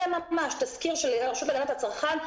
תזכיר של הרשות להגנת הצרכן,